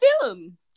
film